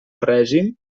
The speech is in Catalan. règim